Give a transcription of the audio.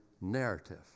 narrative